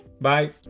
Bye